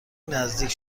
نزدیک